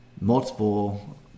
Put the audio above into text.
multiple